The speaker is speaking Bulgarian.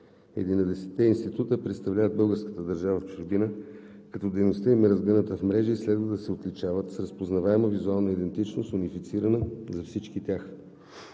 Единадесетте института представляват българската държава в чужбина, като дейността им е разгъната в мрежа и следва да се отличават с разпознаваема визуална идентичност, унифицирана за всички тях.